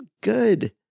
good